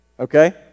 Okay